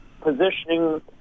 positioning